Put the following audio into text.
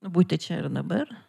būti čia ir dabar